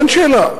אין שאלה.